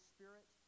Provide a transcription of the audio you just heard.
Spirit